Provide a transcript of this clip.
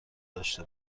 داشته